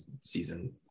season